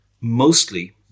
Mostly